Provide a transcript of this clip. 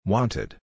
Wanted